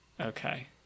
Okay